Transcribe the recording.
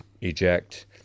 eject